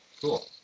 cool